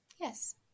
Yes